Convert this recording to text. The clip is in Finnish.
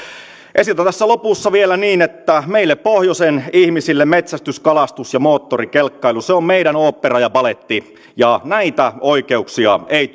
esitän tässä lopussa vielä niin että meille pohjoisen ihmisille metsästys kalastus ja moottorikelkkailu ovat meidän oopperamme ja balettimme ja näitä oikeuksia ei